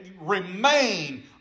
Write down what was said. remain